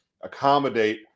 accommodate